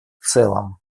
целом